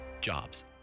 Jobs